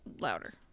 louder